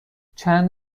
چند